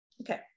Okay